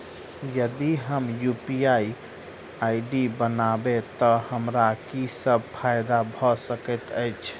यदि हम UPI ID बनाबै तऽ हमरा की सब फायदा भऽ सकैत अछि?